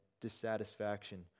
dissatisfaction